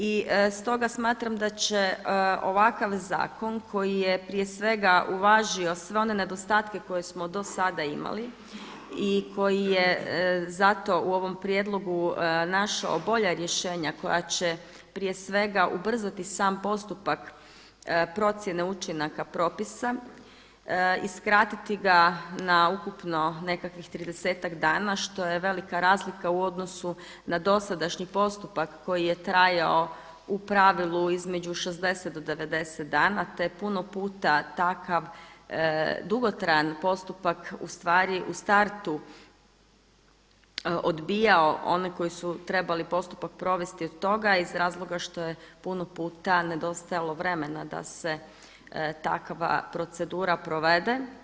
I stoga smatram da će ovakav zakon koji je prije svega uvažio sve one nedostatke koje smo do sada imali i koji je zato u ovom prijedlogu našao bolja rješenja koja će prije svega ubrzati sam postupak procjene učinaka propisa i skratiti ga na ukupno nekakvih 30-ak dana u odnosu na dosadašnji postupak koji je trajao u pravilu između 60 do 90 dana, te puno puta takav dugotrajan postupak u startu odbijao one koji su trebali postupak provesti od toga iz razloga što je puno puta nedostajalo vremena da se takva procedura provede.